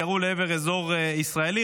ירו לעבר אזור ישראלי,